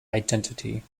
identity